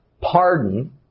Pardon